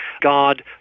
God